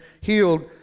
healed